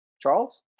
Charles